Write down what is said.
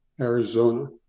Arizona